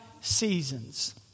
seasons